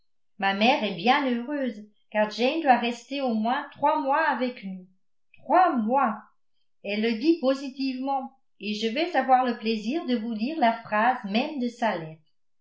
ma mère est bien heureuse car jane doit rester au moins trois mois avec nous trois mois elle le dit positivement et je vais avoir le plaisir de vous lire la phrase même de sa lettre